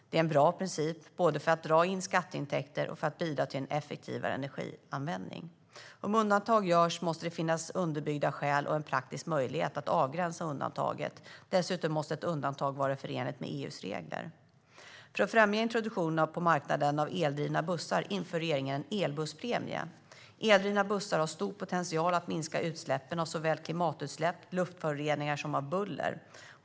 Det är en bra princip både för att dra in skatteintäkter och för att bidra till en effektivare energianvändning. Om undantag görs måste det finnas väl underbyggda skäl och en praktisk möjlighet att avgränsa undantaget. Dessutom måste ett undantag vara förenligt med EU:s regler. För att främja introduktionen av eldrivna bussar på marknaden inför regeringen en elbusspremie. Eldrivna bussar har stor potential att minska såväl klimatutsläpp och luftföroreningar som buller.